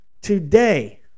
today